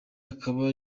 akaba